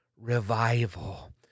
revival